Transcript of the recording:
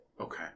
Okay